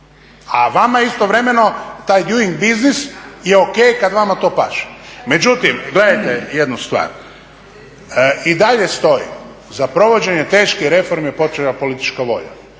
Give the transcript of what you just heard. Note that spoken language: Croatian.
a vama istovremeno taj Doing business je o.k. kada to vama paše. Međutim gledajte jednu stvar, i dalje stoji da za provođenje teške reforma potrebna je politička volja